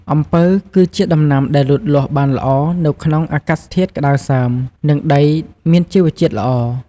អំពៅ គឺជាដំណាំដែលលូតលាស់បានល្អនៅក្នុងអាកាសធាតុក្តៅសើម និងដីមានជីវជាតិល្អ។